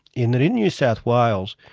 in that in new south wales,